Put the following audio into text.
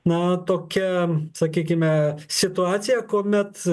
na tokia sakykime situacija kuomet